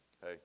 hey